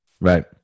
Right